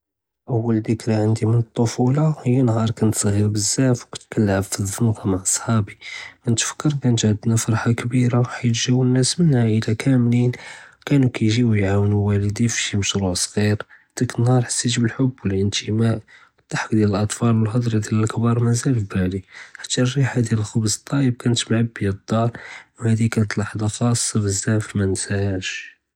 אוַּל דִכְּרָא ענדִי מן טּפוּלָה הִי נהאר כּנת צְגִ'יר בּזזאף וּכּנת כּנלְעבּ בּזזאף פִי זנְקָּה מע צחאבִּי، כּנתפכְּר כָּנת ענדְנָא פרחָה כְּבִּירָה חִית גָ'אוּנָא נָאס מן עָאִילָה כּאמְלִיִּין، כָּנוּ כַּ יְגִ'יוּ יְעוֹנוּ ואלִידִיֵי פִי שִׁי משְׁרוּע צְגִ'יר, דָאקּ נהאר חְסִית בּאלחבּ וּאלאִנתִמאא, וּדּחְכּ דִיאַל אַטְפאל וּאלהדרָא דִיאַל אלכְּבָּאר מְזָאל פִי בּאלִי חתא רִיחָא דִיאַל אלכְּבְּז טָאיֵבּ מעַבִּיַא אֶלְדָאר, וּהאדִי כָּנת לַחְדָה ח'אסָה מָאנְנסַהאש.